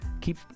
keep